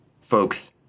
folks